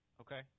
Okay